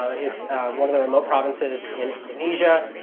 it's one of the remote provinces in indonesia.